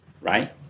right